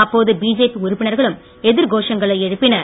அப்போது பிஜேபி உறுப்பினர்களும் எதிர் கோஷங்களை எழுப்பினர்